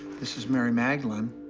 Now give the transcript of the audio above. this is mary magdalene.